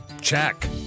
check